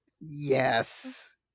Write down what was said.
yes